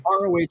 ROH